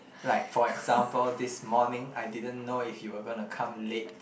like for example this morning I didn't know if you were gonna come late